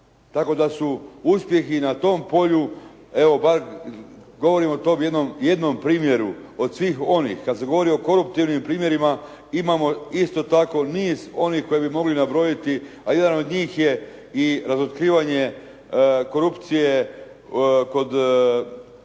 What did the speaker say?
Tako da su uspjeh i na tom polju, evo bar, govorim o tom jednom primjeru od svih onih kada se govori o korumptivnim primjerima imamo isto tako niz onih koje bi mogli nabrojiti a jedan od njih je i razotkrivanje korupcije kod